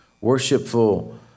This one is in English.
worshipful